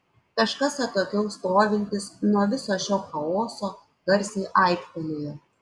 kažkas atokiau stovintis nuo viso šio chaoso garsiai aiktelėjo